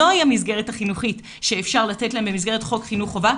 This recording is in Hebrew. זוהי המסגרת החינוכית שאפשר לתת להם במסגרת חוק חינוך חובה.